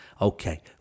okay